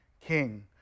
king